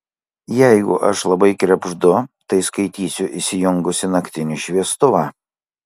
jeigu aš labai krebždu tai skaitysiu įsijungusi naktinį šviestuvą